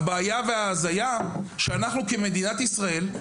אלא גם בזה שאנחנו כמדינת ישראל,